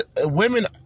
women